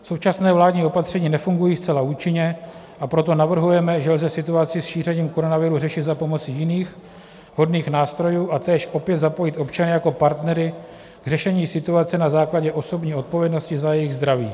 Současná vládní opatření nefungují zcela účinně, a proto navrhujeme, že lze situaci s šířením koronaviru řešit za pomoci jiných vhodných nástrojů a též opět zapojit občany jako partnery k řešení situace na základě osobní odpovědnosti za jejich zdraví.